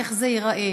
איך זה ייראה: